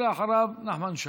ואחריו, נחמן שי.